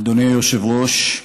אדוני היושב-ראש,